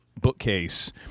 Bookcase